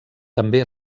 també